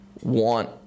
want